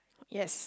yes